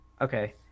Okay